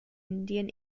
indian